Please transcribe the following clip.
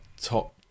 top